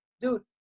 Dude